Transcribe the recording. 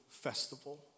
festival